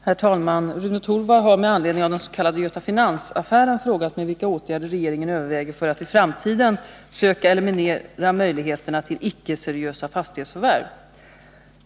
Herr talman! Rune Torwald har, med anledning av den s.k. Göta Finans-affären, frågat mig vilka åtgärder regeringen överväger för att i framtiden söka eliminera möjligheterna till icke-seriösa fastighetsförvärv.